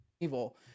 Evil